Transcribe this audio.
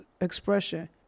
expression